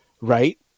Right